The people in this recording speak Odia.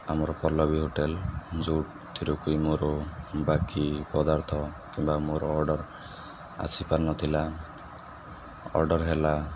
ଆମର ପଲ୍ଲବୀ ହୋଟେଲ୍ ଯେଉଁଠାରୁକି ମୋର ବାକି ପଦାର୍ଥ କିମ୍ବା ମୋର ଅର୍ଡ଼ର୍ ଆସିପାରୁନଥିଲା ଅର୍ଡ଼ର୍ ହେଲା